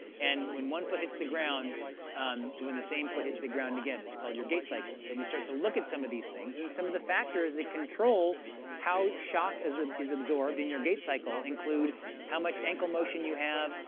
and when one foot hits the ground to when the same foot hits the ground again, it's called your gait cycle. and so we start to look at some of these things, and some of the factors that control how shock is um is absorbed in your gait cycle include how much ankle motion you have,